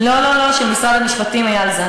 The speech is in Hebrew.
לא, לא, לא, של משרד המשפטים, איל זנדברג.